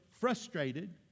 frustrated